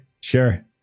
Sure